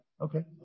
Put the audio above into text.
Okay